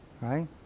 Right